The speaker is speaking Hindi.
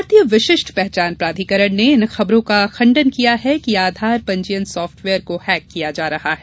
आधार भारतीय विशिष्ट पहचान प्राधिकरण ने इन खबरों का खंडन किया है कि आधार पंजीयन सॉफ्टवेयर को हैक किया जा रहा है